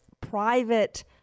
private